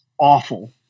awful